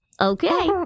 Okay